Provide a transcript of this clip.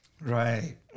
Right